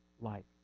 life